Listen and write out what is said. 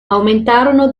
aumentarono